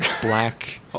Black